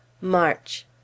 March